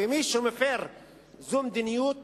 וזאת מדיניות